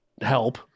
help